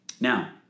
Now